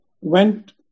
went